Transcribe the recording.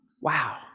Wow